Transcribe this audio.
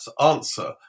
answer